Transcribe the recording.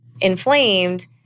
inflamed